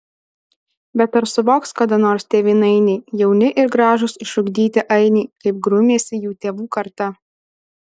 bet ar suvoks kada nors tėvynainiai jauni ir gražūs išugdyti ainiai kaip grūmėsi jų tėvų karta